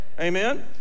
Amen